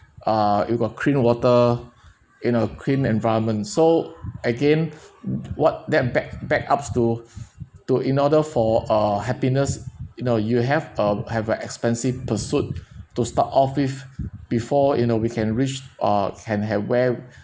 ah you got clean water you know clean environment so again w~ what that back back ups due to to in order for uh happiness you know you have uh have an expensive pursuit to start off with before you know we can reached uh can have where